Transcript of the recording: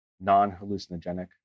non-hallucinogenic